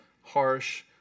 harsh